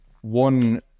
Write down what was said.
one